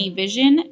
vision